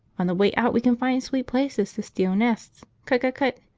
on the way out we can find sweet places to steal nests. cut-cut-cut.